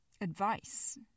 advice